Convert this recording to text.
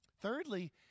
Thirdly